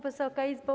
Wysoka Izbo!